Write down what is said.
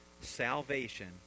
salvation